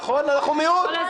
נכון, אנחנו מיעוט.